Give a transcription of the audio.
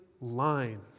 line